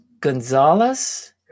Gonzalez